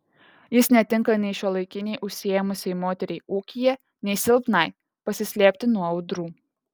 jis netinka nei šiuolaikinei užsiėmusiai moteriai ūkyje nei silpnai pasislėpti nuo audrų